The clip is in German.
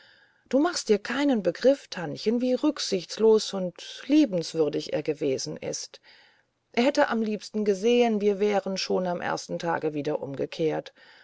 du machst dir keinen begriff tantchen wie rücksichtslos und liebenswürdig er gewesen ist er hätte am liebsten gesehen wir wären schon am ersten tage wieder umgekehrt